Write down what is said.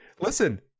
listen